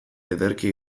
ederki